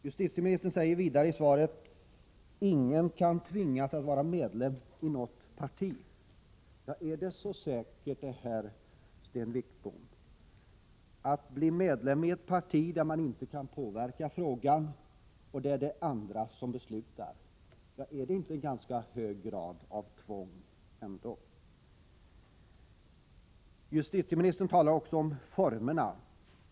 Justitieministern säger vidare i svaret: ”Ingen kan tvingas att vara medlem i ett parti.” Är det så säkert? Att bli medlem i ett parti där man inte kan påverka frågan och där det är andra som beslutar —- innebär inte det en ganska hög grad av tvång? Justitieministern talar också om formerna.